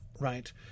right